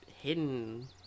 hidden